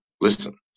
listen